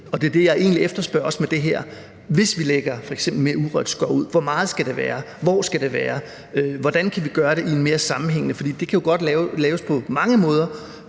det, som jeg efterspørger med det her, hvis vi f.eks lægger mere urørt skov ud: Hvor meget skal det være? Hvor skal det være? Hvordan kan vi gøre det mere sammenhængende? For det kan jo godt laves på mange måder,